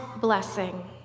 blessing